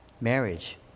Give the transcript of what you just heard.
Marriage